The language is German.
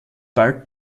bald